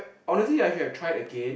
honestly I should have tried again